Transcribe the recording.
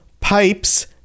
pipes